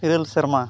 ᱤᱨᱟᱹᱞ ᱥᱮᱨᱢᱟ